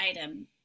item